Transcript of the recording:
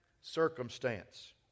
circumstance